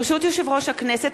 ברשות יושב-ראש הכנסת,